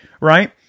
Right